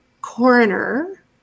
coroner